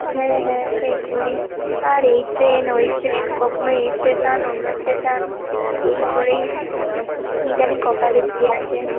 হ্যাঁ হ্যাঁ সেই করি আর এই ট্রেন ওই ট্রেন কখনো এই ষ্টেশন অন্য ষ্টেশন এই করেই কী জানি কপালে কী আছে